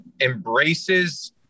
embraces